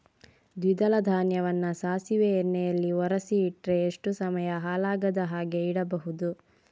ದ್ವಿದಳ ಧಾನ್ಯವನ್ನ ಸಾಸಿವೆ ಎಣ್ಣೆಯಲ್ಲಿ ಒರಸಿ ಇಟ್ರೆ ಎಷ್ಟು ಸಮಯ ಹಾಳಾಗದ ಹಾಗೆ ಇಡಬಹುದು?